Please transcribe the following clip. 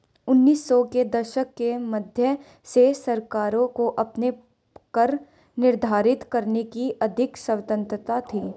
उन्नीस सौ के दशक के मध्य से सरकारों को अपने कर निर्धारित करने की अधिक स्वतंत्रता थी